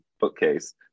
bookcase